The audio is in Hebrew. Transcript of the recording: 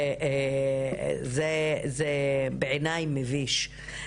זה בעיניי מביש.